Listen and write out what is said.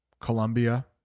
colombia